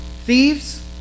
Thieves